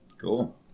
Cool